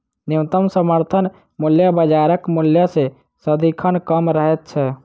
न्यूनतम समर्थन मूल्य बाजारक मूल्य सॅ सदिखन कम रहैत छै